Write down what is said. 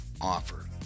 offer